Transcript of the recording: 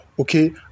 okay